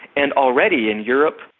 and already in europe,